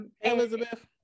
Elizabeth